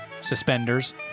suspenders